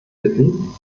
bitten